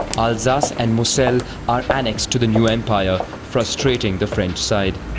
alsace and moselle are annexed to the new empire, frustrating the french side.